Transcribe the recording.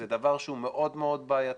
זה דבר שהוא מאוד מאוד בעייתי,